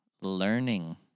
learning